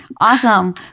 Awesome